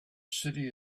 city